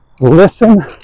Listen